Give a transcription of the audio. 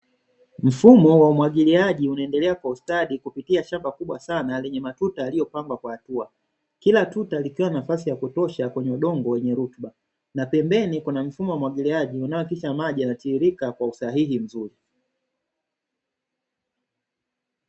Mfumo wa umwagiliaji unaendelea kiustadi kupitia shamba kubwa sana lenye matuta, yaliyopangwa kwa hatua kila tuta likiwa nafasi ya kutosha kwenye udongo wenye rutuba na pembeni kuna mfumo wa umwagiliaji na maji yakitiririka kwa usahihi mzuri.